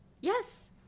Yes